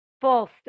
false